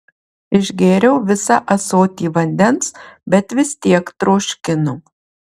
išgėriau visą ąsotį vandens bet vis tiek troškino